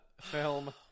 film